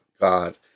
God